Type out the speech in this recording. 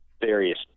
various